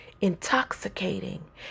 intoxicating